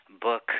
book